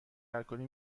الکلی